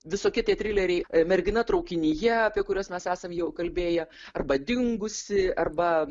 visokie tie trileriai mergina traukinyje apie kuriuos mes esam jau kalbėję arba dingusi arba